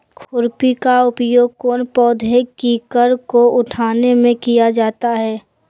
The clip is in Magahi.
खुरपी का उपयोग कौन पौधे की कर को उठाने में किया जाता है?